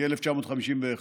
מ-1951.